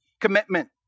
commitment